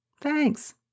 Thanks